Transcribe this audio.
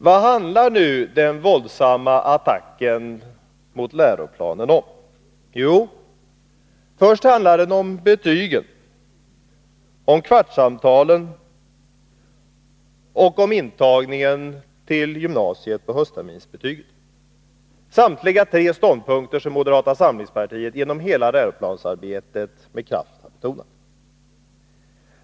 Vad handlar nu den våldsamma attacken mot läroplanen om? Jo, först handlar den om betygen, om kvartsamtalen och om intagningen till gymnasiet på höstterminsbetygen, samtliga tre punkter som moderata samlingspartiet genom hela läroplansarbetet med kraft har betonat.